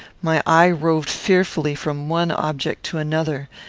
my eye roved fearfully from one object to another.